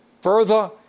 Further